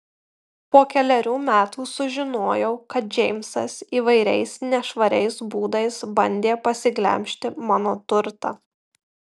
po kelerių metų sužinojau kad džeimsas įvairiais nešvariais būdais bandė pasiglemžti mano turtą